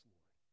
Lord